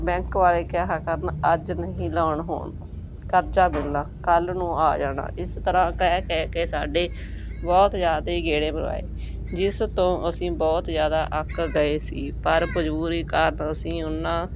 bank ਵਾਲੇ ਕਿਹਾ ਕਰਨ ਅੱਜ ਨਹੀਂ ਲੋਨ ਹੋਣ ਕਰਜਾ ਮਿਲਣਾ ਕੱਲ੍ਹ ਨੂੰ ਆ ਜਾਣਾ ਇਸ ਤਰ੍ਹਾਂ ਕਹਿ ਕਹਿ ਕੇ ਸਾਡੇ ਬਹੁਤ ਜ਼ਿਆਦਾ ਗੇੜੇ ਮਰਵਾਏ ਜਿਸ ਤੋਂ ਅਸੀਂ ਬਹੁਤ ਜ਼ਿਆਦਾ ਅੱਕ ਗਏ ਸੀ ਪਰ ਮਜਬੂਰੀ ਕਾਰਨ ਅਸੀਂ ਉਹਨਾਂ